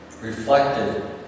reflected